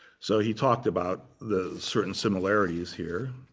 so he talked about the certain similarities here.